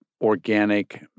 organic